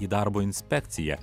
į darbo inspekciją